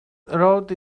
rode